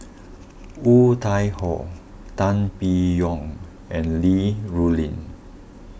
Woon Tai Ho Tan Biyun and Li Rulin